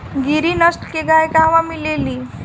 गिरी नस्ल के गाय कहवा मिले लि?